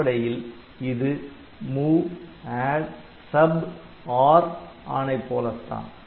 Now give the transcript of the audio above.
அடிப்படையில் இது MOV ADD SUB ORR ஆணை போலத்தான்